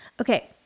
Okay